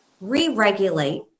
re-regulate